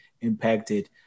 impacted